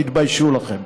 תתביישו לכם.